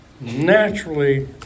naturally